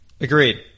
Agreed